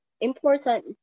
Important